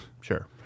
Sure